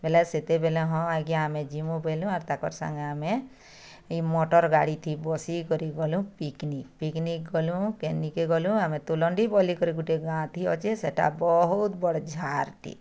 ବେଲେ ସେତେବେଲେ ହଁ ଆଜ୍ଞା ଆମେ ଯିମୁଁ ବୋଇଲୁ ଆର୍ ତାଙ୍କର୍ ସାଙ୍ଗେ ଆମେ ଇ ମଟର୍ ଗାଡ଼ିଥି ବସିକରି ଗଲୁ ପିକନିକ୍ ପିକନିକ୍ ଗଲୁ ଆମେ ତୁଲଣ୍ଡୀ ବୋଲିକରି ଗୁଟେ ଗାଁଥି ଅଛି ସେଟା ବହୁତ୍ ବଡ଼୍ ଝାର୍ ଟି